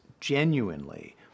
genuinely